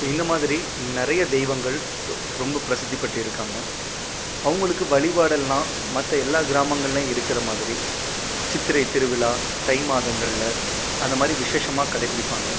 so இந்தமாதிரி நிறைய தெய்வங்கள் ரொ ரொம்ப பிரசித்தி பெற்று இருக்காங்க அவங்களுக்கு வழிபாடெல்லாம் மற்ற எல்லா கிராமங்கள்லையும் இருக்கிற மாதிரி சித்திரைத் திருவிழா தைமாதங்களில் அந்த மாதிரி விசேஷமாக கடைபிடிப்பாங்க